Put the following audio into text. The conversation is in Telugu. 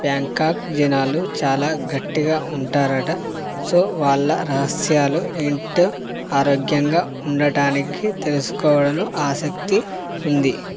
బ్యాంకాక్ జనాలు చాలా గట్టిగా ఉంటారంట సో వాళ్ళ రహస్యాలు ఏంటో ఆరోగ్యంగా ఉండటానికి తెలుసుకోవడంలో ఆసక్తి ఉంది